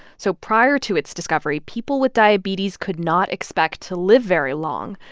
so prior to its discovery, people with diabetes could not expect to live very long.